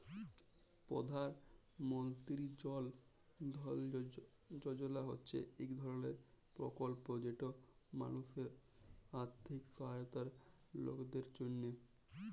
পধাল মলতিরি জল ধল যজলা হছে ইক ধরলের পরকল্প যেট মালুসের আথ্থিক সহায়তার লকদের জ্যনহে